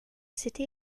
city